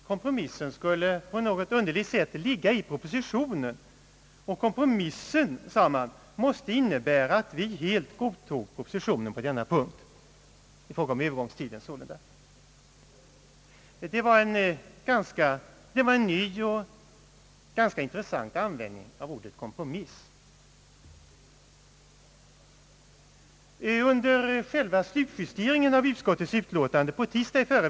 Kompromissen skulle på något underligt sätt ligga i propositionen, och man sade att kompromissen måste innebära att vi helt godtog propositionen i fråga om Öövergångstiden. Det var en ny och ganska intressant användning av ordet kompromiss.